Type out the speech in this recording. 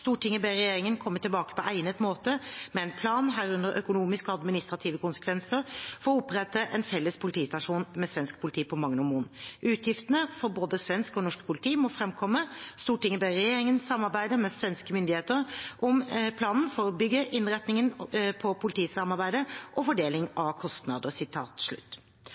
«Stortinget ber regjeringen komme tilbake på egnet måte med en plan, herunder økonomiske og administrative konsekvenser, for å opprette en felles politistasjon med svensk politi på Magnormoen. Utgiftene for både svensk og norsk politi må fremkomme. Stortinget ber regjeringen samarbeide med svenske myndigheter om planen for bygget, innretning på politisamarbeidet og fordeling